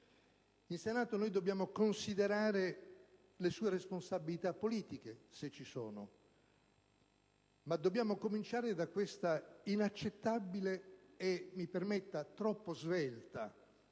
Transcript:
In Senato noi dobbiamo considerare le sue responsabilità politiche, se ci sono, ma dobbiamo cominciare da questa inaccettabile e - mi permetta - troppo svelta